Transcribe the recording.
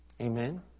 Amen